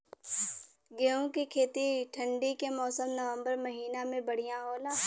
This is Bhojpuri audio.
गेहूँ के खेती ठंण्डी के मौसम नवम्बर महीना में बढ़ियां होला?